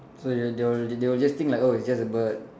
so you'll they will they will just think like oh it's just a bird